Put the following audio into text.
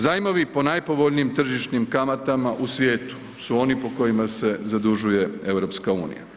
Zajmovi po najpovoljnijim tržišnim kamatama u svijetu su oni po kojima se zadužuje EU.